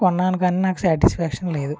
కొన్నాను కాని నాకు సాటిస్ఫాక్షన్ లేదు